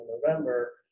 November